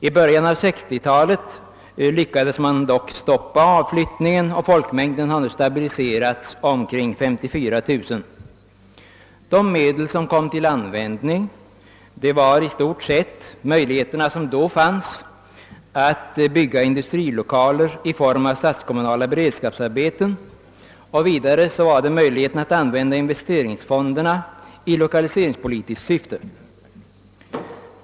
I början av 1960 talet lyckades man dock stoppa avflyttningen, och folkmängden har nu stabiliserats till omkring 54 000. De medel som kom till användning var i stort sett utnyttjande av de möjligheter som då fanns att bygga industrilokaler i form av statskommunala beredskapsarbeten och att använda investeringsfonderna i lokaliseringspolitiskt syfte.